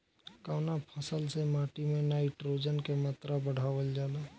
कवना फसल से माटी में नाइट्रोजन के मात्रा बढ़ावल जाला?